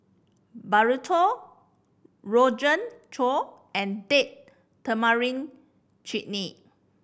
Burrito Rogan and Date Tamarind Chutney